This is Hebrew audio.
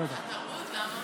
התרבות, למה?